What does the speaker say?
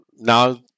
Now